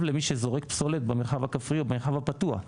למי שזורק פסולת במרחב הכפרי או במרחב הפתוח.